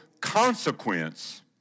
consequence